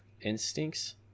Instincts